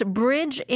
bridge